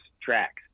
tracks